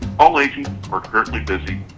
all agents are currently busy